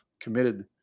committed